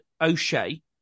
O'Shea